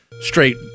straight